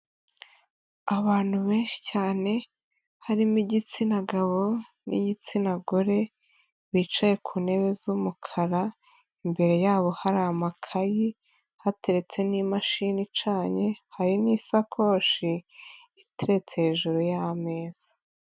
Abantu benshi cyane harimo igitsina gabo n'igitsina gore bicaye ku ntebe z'umukara imbere yabo hari amakayi hateretse n'imashini icanye hari n'isakoshi iteretse hejuru y'ameza